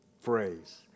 phrase